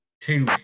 two